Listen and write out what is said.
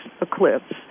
eclipse